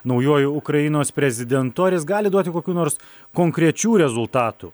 naujuoju ukrainos prezidentu ar jis gali duoti kokių nors konkrečių rezultatų